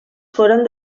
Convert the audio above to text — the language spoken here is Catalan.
foren